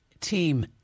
team